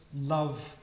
love